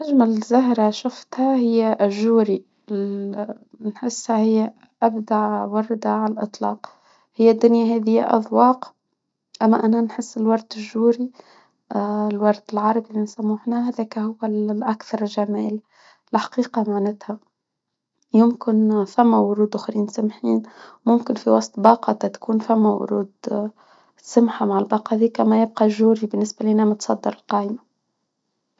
اجمل زهرة شفتها هي الجورى نحسها هي ابدع وردة على الاطلاق. هي الدنيا هاديا اذواق. اما انا نحس بالورد الجوري الورد العربي نسموه حنا هداك هو الأكثر جمال. الحقيقة معناتها يمكن فما ورود اخرين سمحين ممكن فى وسط باقة تكون فما ورود سمحة. كما يبقى الجورى بالنسبة لنا متصدر القائمة.